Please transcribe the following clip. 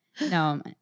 no